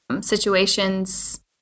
situations